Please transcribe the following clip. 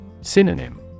Synonym